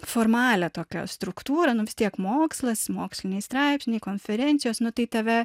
formalią tokią struktūrą nu vis tiek mokslas moksliniai straipsniai konferencijos nu tai tave